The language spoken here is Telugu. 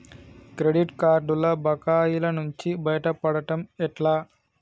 క్రెడిట్ కార్డుల బకాయిల నుండి బయటపడటం ఎట్లా?